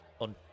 on